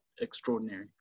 extraordinary